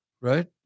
right